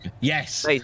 Yes